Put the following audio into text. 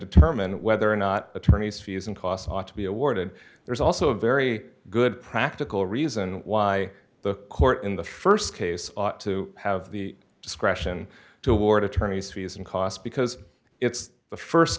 determine whether or not attorneys fees and costs ought to be awarded there's also a very good practical reason why the court in the st case ought to have the discretion to award attorneys fees and cost because it's the